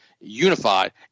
unified